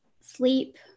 Sleep